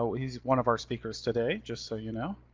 so he's one of our speakers today, just so you know.